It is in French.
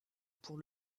pour